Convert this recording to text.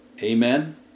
Amen